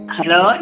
Hello